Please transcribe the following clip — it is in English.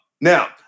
Now